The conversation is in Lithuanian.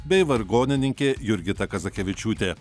bei vargonininkė jurgita kazakevičiūtė